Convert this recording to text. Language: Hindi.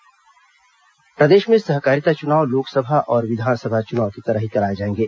सहकारिता चुनाव प्रदेश में सहकारिता चुनाव लोकसभा और विधानसभा चुनाव की तरह ही कराए जाएंगे